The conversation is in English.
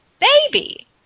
baby